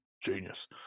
genius